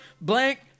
Blank